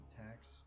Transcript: attacks